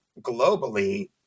globally